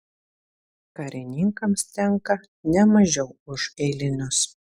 karininkams tenka ne mažiau už eilinius